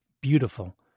beautiful